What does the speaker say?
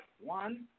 One